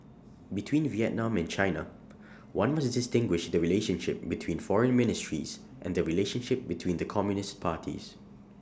between Vietnam and China one must distinguish the relationship between foreign ministries and the relationship between the communist parties